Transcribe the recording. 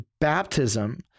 baptism